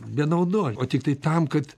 be naudos o tiktai tam kad